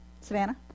Savannah